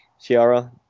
Ciara